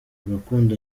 urukundo